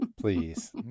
Please